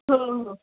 हो हो